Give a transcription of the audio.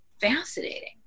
fascinating